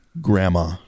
Grandma